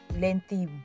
lengthy